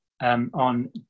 on